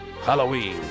Halloween